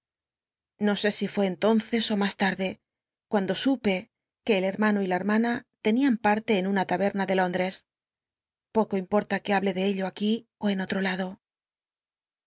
no sé si fué entonces ó mas larde cuando supe que el hermano y la hermana tenían parle cn una tabcrna de lúndrcs poco importa que hable de ello ac ui ó en olro lado